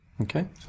Okay